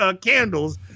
candles